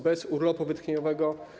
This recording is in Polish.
Bez urlopu wytchnieniowego.